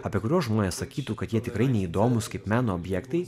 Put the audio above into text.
apie kuriuos žmonės sakytų kad jie tikrai neįdomūs kaip meno objektai